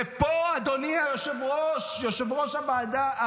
ופה, אדוני היושב-ראש, יושב-ראש הישיבה,